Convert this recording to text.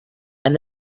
and